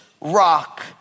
rock